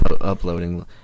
uploading